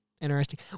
interesting